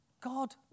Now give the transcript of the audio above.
God